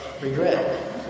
regret